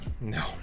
No